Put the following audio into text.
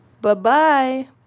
Bye-bye